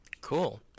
Cool